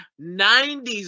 90s